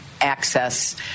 access